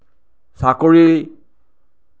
চাকৰি